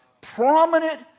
prominent